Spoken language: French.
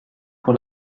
pour